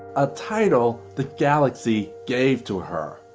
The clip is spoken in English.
a title the galaxy gave to her,